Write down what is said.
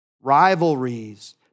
rivalries